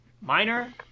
minor